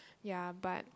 ya but